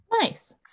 Nice